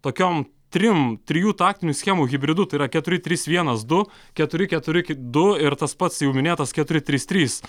tokiom trim trijų taktinių schemų hibridu tai yra keturi trys vienas du keturi keturi du ir tas pats jau minėtas keturi trys trys